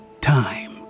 time